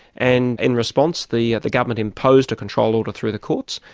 and, in response the the government imposed a control order through the courts.